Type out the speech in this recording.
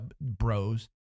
bros